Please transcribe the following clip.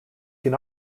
can